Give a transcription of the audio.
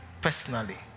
personally